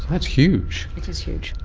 that's huge. it is huge.